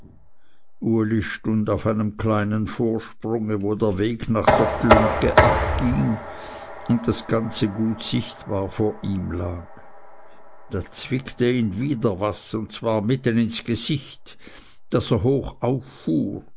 uli stund auf einem kleinen vorsprunge wo der weg nach der glungge abging und das ganze gut sichtbar vor ihm lag da zwickte ihn wieder was und zwar mitten ins gesicht daß er hoch